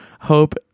hope